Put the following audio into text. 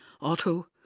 Otto